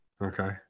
okay